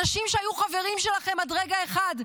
אנשים שהיו חברים שלכם עד רגע אחד,